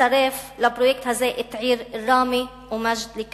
לצרף לפרויקט הזה את הערים ראמה ומג'ד-אל-כרום,